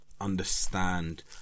understand